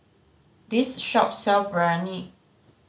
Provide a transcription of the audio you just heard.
this shop sell Biryani